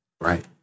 right